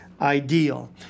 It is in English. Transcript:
ideal